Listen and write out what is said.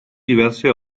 diverse